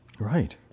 Right